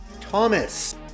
Thomas